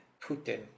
Putin